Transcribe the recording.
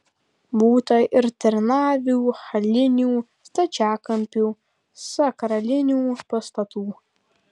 būta ir trinavių halinių stačiakampių sakralinių pastatų